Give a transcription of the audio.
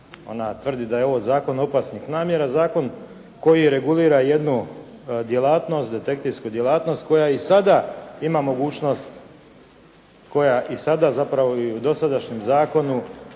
ona tvrdi da je ovaj zakon opasnih namjera, zakon koji regulira jednu djelatnost, detektivsku djelatnost koja i sada ima mogućnost, koja i sada zapravo i u dosadašnjem zakonu